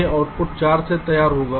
यह आउटपुट 4 से तैयार होगा